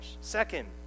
Second